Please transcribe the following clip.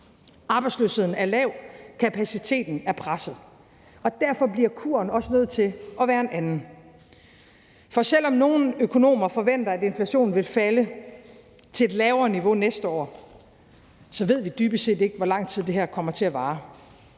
Arbejdsløsheden er lav, og kapaciteten er presset. Derfor bliver kuren også nødt til at være en anden. Selv om nogle økonomer forventer, at inflationen vil falde til et lavere niveau næste år, ved vi dybest set ikke, hvor lang tid det her kommer til at vare.